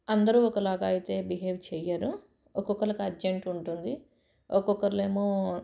అందరూ ఒకలాగ అయితే బిహేవ్ చేయరు ఒక్కరికి అర్జెంట్ ఉంటుంది ఒక్కొక్కఋ ఏమో